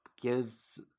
gives